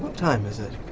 time is it?